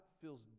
feels